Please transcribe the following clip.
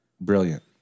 brilliant